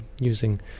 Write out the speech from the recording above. using